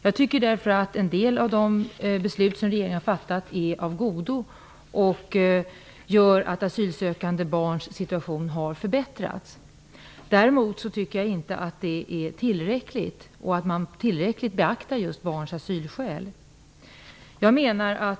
Jag tycker därför att en del av de beslut som regeringen har fattat är av godo och gör att asylsökande barns situation har förbättrats. Däremot tycker jag inte att det är nog och att man tillräckligt beaktar just barns asylskäl.